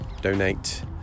donate